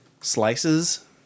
slices